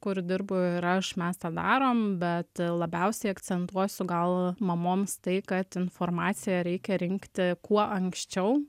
kur dirbu ir aš mes tą darom bet labiausiai akcentuosiu gal mamoms tai kad informaciją reikia rinkti kuo anksčiau